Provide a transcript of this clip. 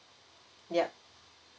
yup